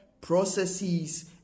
processes